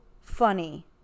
funny